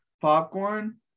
popcorn